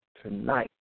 tonight